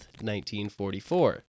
1944